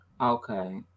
okay